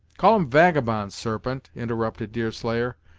call em vagabonds, sarpent interrupted deerslayer,